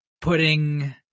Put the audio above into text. Putting